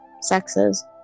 sexes